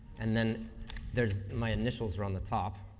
and then there's my initials are on the top,